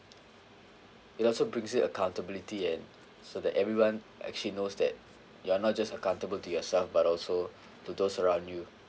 it also brings it accountability and so that everyone actually knows that you are not just accountable to yourself but also to those around you